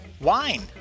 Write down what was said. wine